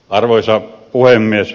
arvoisa puhemies